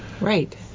Right